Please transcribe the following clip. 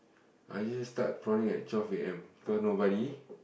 I usually start prawning at twelve A_M because nobody